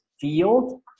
field